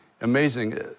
Amazing